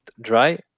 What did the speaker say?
dry